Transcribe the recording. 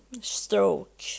stroke